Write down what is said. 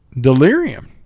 delirium